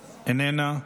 איננה.